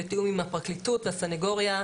בתיאום עם הפרקליטות והסנגוריה,